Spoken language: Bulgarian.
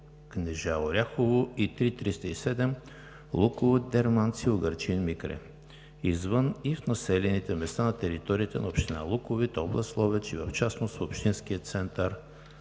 Кнежа – Оряхово; и III-307 Луковит – Дерманци – Угърчин – Микре извън и в населените места на територията на община Луковит, област Ловеч, и в частност в общинския център